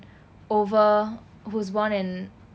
over who's born